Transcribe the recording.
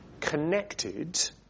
connected